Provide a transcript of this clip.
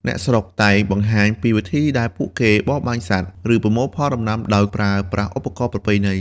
អ្នកស្រុកតែងបង្ហាញពីវិធីដែលពួកគេបរបាញ់សត្វ ឬប្រមូលផលដំណាំដោយប្រើប្រាស់ឧបករណ៍ប្រពៃណី។